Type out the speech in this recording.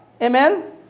Amen